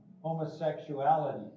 homosexuality